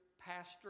pastor